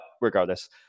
regardless